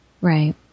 Right